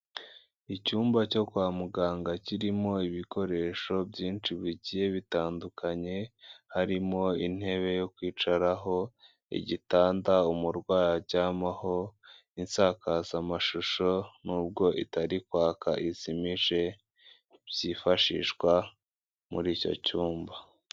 Icyumba cyo kwa muganga kirimo ibikoresho byinshi bigiye bitandukanye, harimo intebe yo kwicaraho, igitanda umurwayi aryamaho insakazamashusho nubwo itari kwaka izimije, byifashishwa muri icyo cyumba.